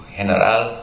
general